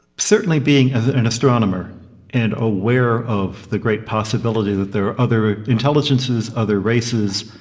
certainly being an astronomer and aware of the great possibility that there are other intelligences, other races,